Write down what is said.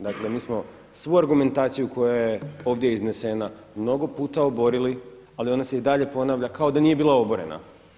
Dakle, mi smo svu argumentaciju koja je ovdje iznesena mnogo puta oborili, ali ona se i dalje ponavlja kao da nije bila oborena.